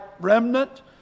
remnant